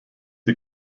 die